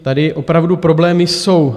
Tady opravdu problémy jsou.